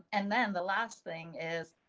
and then the last thing is,